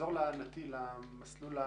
תחזור למסלול של